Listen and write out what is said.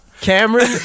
Cameron